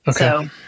Okay